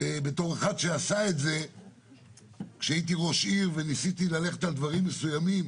בתור אחד שעשה את זה כשהייתי ראש עיר וניסיתי ללכת על דברים מסוימים